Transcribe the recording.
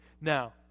Now